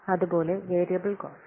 അതുപോലെ variable cost